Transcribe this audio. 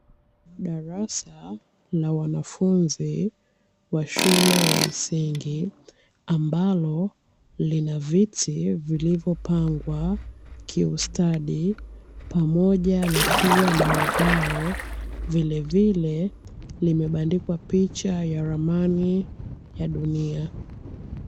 Darasa la wanafunzi wa shule ya msingi, ambalo lina viti vilivyopangwa kiustadi pamoja na kuwa na ubao, vilevile limebandikwa picha ya ramani ya dunia.